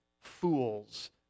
fools